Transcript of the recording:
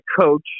coach